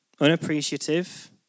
unappreciative